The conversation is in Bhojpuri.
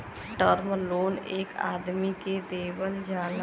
टर्म लोन एक आदमी के देवल जाला